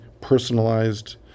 personalized